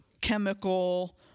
chemical